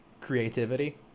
creativity